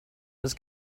was